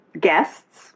guests